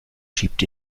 schiebt